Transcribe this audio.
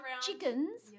chickens